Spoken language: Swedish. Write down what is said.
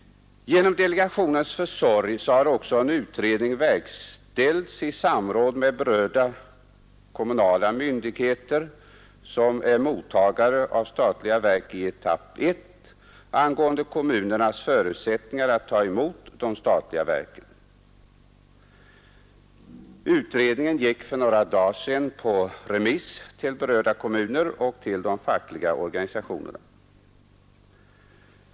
Genom delegationens försorg har också en utredning verkställts i samråd med berörda kommunala myndigheter, som är mottagare av statliga verk i etapp 1, angående kommunernas förutsättningar att ta emot de statliga verken. Utredningens PM gick för några dagar sedan på remiss till berörda kommuner och till de fackliga organisationerna.